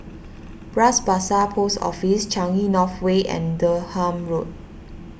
Bras Basah Post Office Changi North Way and Durham Road